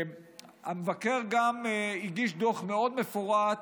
המבקר גם הגיש דוח מאוד מפורט